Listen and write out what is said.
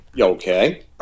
Okay